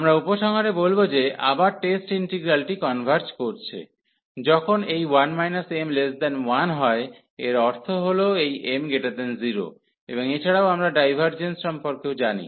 আমরা উপসংহারে বলব যে আবার টেস্ট ইন্টিগ্রালটি কনভার্জ করছে যখন এই 1 m1 হয় এর অর্থ হল এই m0 এবং এছাড়াও আমরা ডাইভার্জেজেন্স সম্পর্কেও জানি